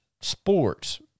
sports